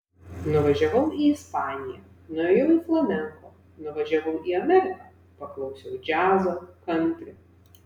nuvažiavau į ispaniją nuėjau į flamenko nuvažiavau į ameriką paklausiau džiazo kantri